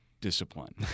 Discipline